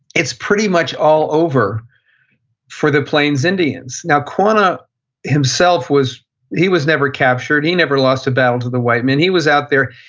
it's pretty much all over for the plains indians. now, quanah himself, he was never captured. he never lost a battle to the white men. he was out there,